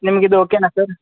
ನಿಮಗಿದು ಓಕೆನ ಸರ್